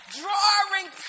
drawing